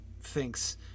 thinks